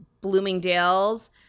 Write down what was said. Bloomingdale's